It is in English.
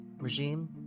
regime